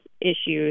issues